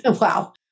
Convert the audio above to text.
wow